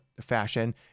fashion